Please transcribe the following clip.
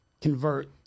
convert